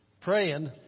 praying